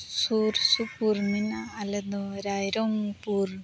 ᱥᱩᱨ ᱥᱩᱯᱩᱨ ᱢᱮᱱᱟᱜ ᱟᱞᱮ ᱫᱚ ᱨᱟᱭᱨᱚᱢᱯᱩᱨ